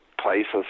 places